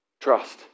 trust